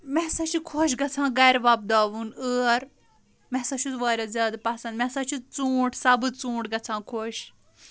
مےٚ سا چھُ خۄش گژھان گرِ وۄپداوُن ٲر مےٚ سا چھُ واریاہ زیادٕ پسنٛد مےٚ سا چھُ ژوٗنٛٹھۍ سَبٕز ژوٗنٹھۍ گژھان خۄش